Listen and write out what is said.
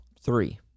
Three